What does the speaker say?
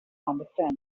understand